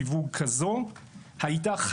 זו לא מטריה פשוטה.